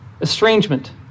estrangement